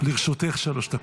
לרשותך שלוש דקות.